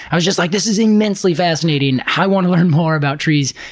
i was just like, this is immensely fascinating, i want to learn more about trees,